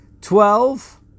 twelve